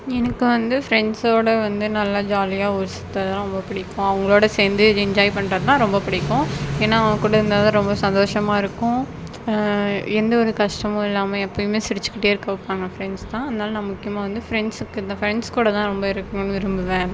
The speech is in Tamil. எனக்கு வந்து ஃப்ரெண்ட்சோடு வந்து நல்லா ஜாலியாக ஊர் சுத்தறதுலாம் ரொம்ப பிடிக்கும் அவங்களோட சேர்ந்து என்ஜாய் பண்றதுனால் ரொம்ப பிடிக்கும் ஏன்னா அவங்க கூட இருந்தால்தான் ரொம்ப சந்தோஷமாக இருக்கும் எந்த ஒரு கஷ்டமும் இல்லாமல் எப்பமே சிரித்துகிட்டே இருக்க வைப்பாங்க ஃப்ரெண்ட்ஸ் தான் அதனால் நான் முக்கியமாக வந்து ஃப்ரெண்ட்சுக்கு ஃப்ரெண்ட்ஸ் கூடதான் ரொம்ப இருக்கணுன்னு விரும்புவேன்